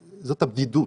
הבדידות,